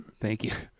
thank you.